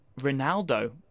Ronaldo